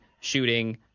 shooting